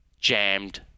jammed